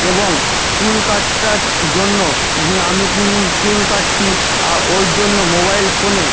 এবং চুল কাট্টার জন্য আমি চুল কাটতি ওর জন্য মোবাইল ফোনে